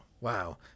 Wow